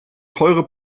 teure